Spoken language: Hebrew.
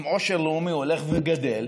עם עושר לאומי הולך וגדל,